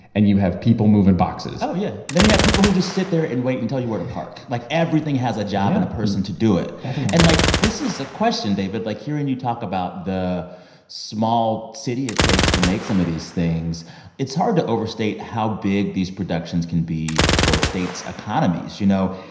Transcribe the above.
and you have people moving boxes oh, yeah. then you have people who just sit there and wait and tell you where to park. like, everything has a job and a person to do it everyone and, like, this is a question, david like, hearing you talk about the small city it takes to make some of these things it's hard to overstate how big these productions can be for states' economies. you know,